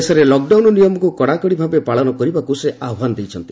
ଦେଶରେ ଲକ୍ଡାଉନ ନିୟମକୁ କଡ଼ାକଡ଼ି ଭାବେ ପାଳନ କରିବାକୁ ସେ ଆହ୍ବାନ ଦେଇଛନ୍ତି